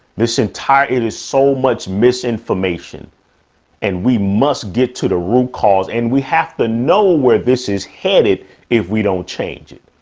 this entire, it is so much misinformation and we must get to the root cause and we have to know where this is headed if we don't change it.